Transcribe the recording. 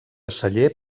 celler